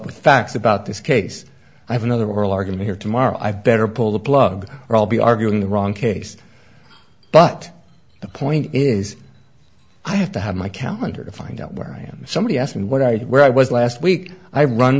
with facts about this case i have another oral argument here tomorrow i better pull the plug all be arguing the wrong case but the point is i have to have my calendar to find out where i am somebody asked me what i did where i was last week i run